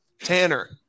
tanner